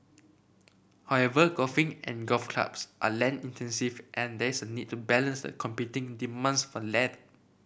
however golfing and golf clubs are land intensive and there is a need to balance the competing demands for land